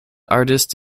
artist